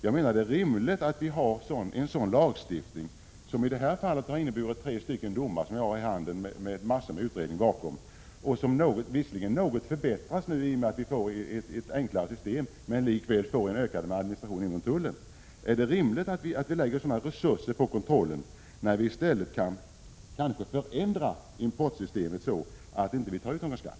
Är det rimligt att ha en sådan lagstiftning, som i de här fallen skulle ha inneburit tre domar med en massa utredningar bakom? Visserligen blir det en viss förbättring i och med att vi får ett enklare system. Men vi får likväl ökad administration inom tullen. Är det rimligt att lägga så mycket resurser på kontroll, när vi i stället kanske kan förändra importsystemet så att vi inte tar ut någon skatt?